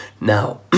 Now